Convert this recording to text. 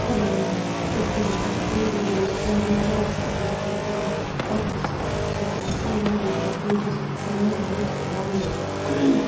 تِم آیہِ نہٕ مےٚ تِتھ پٲٹھۍ اَتھِ کِہیٖنۍ تہِ نہٕ مگر یُس ٹرٛینہِ ہُنٛد ٹرٛیک چھِ آسان یَتھ پیٚٹھ ٹرٛین پَکان چھِ سُہ چھُ آسان واریاہ زیادٕ زیُٹھ بیٚیہِ چھِ آسان سُہ مضبوٗط بَنٲیِتھ